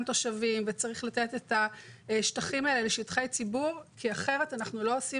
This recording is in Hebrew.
תושבים וצריך לתת את השטחים האלה לשטחי ציבור כי אחרת אנחנו לא עושים